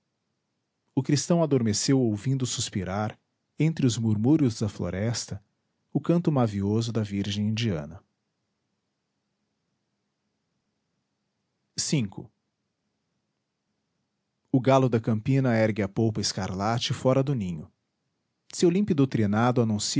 o cristão adormeceu ouvindo suspirar entre os murmúrios da floresta o canto mavioso da